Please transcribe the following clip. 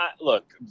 look